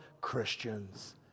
Christians